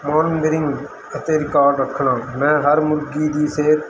ਅਤੇ ਰਿਕਾਰਡ ਰੱਖਣਾ ਮੈਂ ਹਰ ਮੁਰਗੀ ਦੀ ਸਿਹਤ